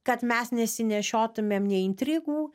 kad mes nesinešiotumėm nei intrigų